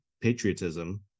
patriotism